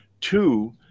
Two